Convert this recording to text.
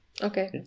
Okay